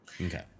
Okay